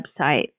website